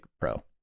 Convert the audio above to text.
pro